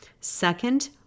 second